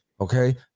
Okay